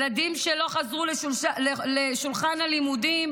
ילדים שלא חזרו לשולחן הלימודים